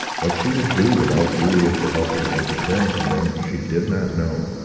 what she would do without juliet to help her in preparing for them, she did not know,